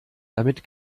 damit